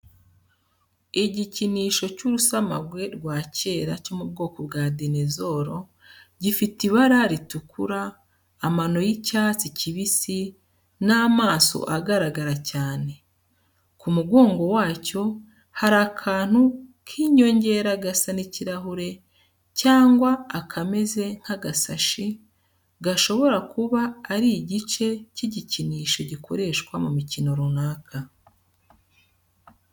Igikinisho cy’urusamagwe rwa kera cyo mu bwoko bwa dinezoro gifite ibara ritukura, amano y’icyatsi kibisi n’amaso agaragara cyane. Ku mugongo wacyo hari akantu k’inyongera gasa n’ikirahure cyangwa akameze nk’agasashi, gashobora kuba ari igice cy’igikinisho gikoreshwa mu mikino runaka.